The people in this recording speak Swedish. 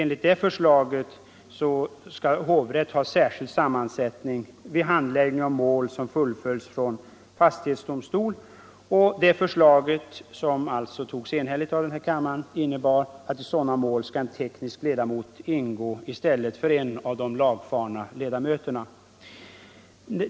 Enligt det förslaget skall hovrätt ha särskild sammansättning vid handläggning av mål som fullföljs från fastighetsdomstol. Detta förslag, som alltså antogs enhälligt av kammaren, innebär att i sådana mål en teknisk ledamot skall ingå i stället för en av de lagfarna ledamöterna.